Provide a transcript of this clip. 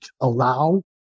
allow